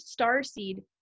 starseed